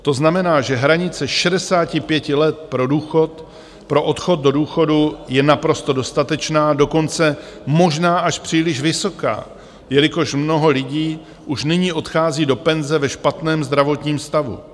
To znamená, že hranice 65 let pro odchod do důchodu je naprosto dostatečná, dokonce možná až příliš vysoká, jelikož mnoho lidí už nyní odchází do penze ve špatném zdravotním stavu.